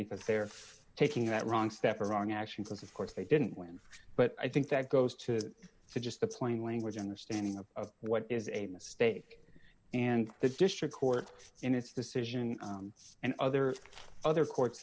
because they're taking that wrong step or wrong actions of course they didn't win but i think that goes to is just the plain language understanding of what is a mistake and the district court in its decision and other other court